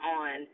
on